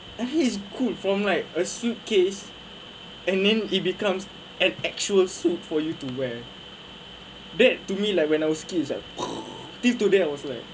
and he is good from like a suitcase and then it becomes an actual suit for you to wear that to me like when I was kids like till today I was like